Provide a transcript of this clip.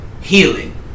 healing